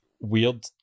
weird